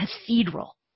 cathedral